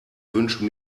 wünsche